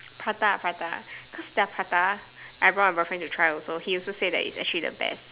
prata prata cause their prata I brought my boyfriend to try also he also say that it's actually the best